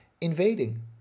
invading